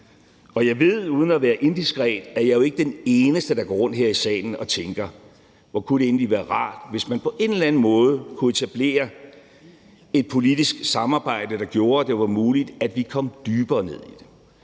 Og jeg ved – uden at være indiskret – at jeg ikke er den eneste, der går rundt her i salen og tænker: Hvor kunne det egentlig være rart, hvis man på en eller en måde kunne etablere et politisk samarbejde, der gjorde det muligt, at vi kom dybere ned.